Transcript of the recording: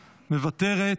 מוותרת,